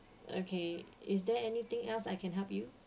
okay is there anything else I can help you